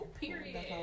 Period